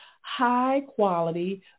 high-quality